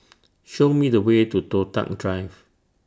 Show Me The Way to Toh Tuck Drive